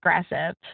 aggressive